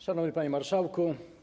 Szanowny Panie Marszałku!